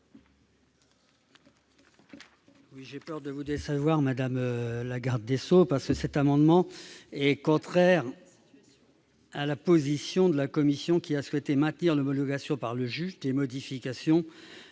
? J'ai peur de vous décevoir, madame la garde des sceaux ... Cet amendement est contraire à la position de la commission, qui a souhaité maintenir l'homologation par le juge des modifications